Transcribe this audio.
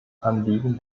anliegen